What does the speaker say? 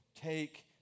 take